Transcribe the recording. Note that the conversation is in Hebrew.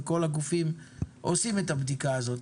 וכל הגופים עושים את הבדיקה הזאת.